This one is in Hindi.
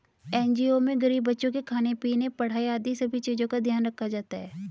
एन.जी.ओ में गरीब बच्चों के खाने पीने, पढ़ाई आदि सभी चीजों का ध्यान रखा जाता है